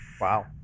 Wow